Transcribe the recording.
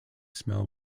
smell